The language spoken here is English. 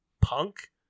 punk